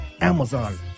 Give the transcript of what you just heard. Amazon